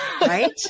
Right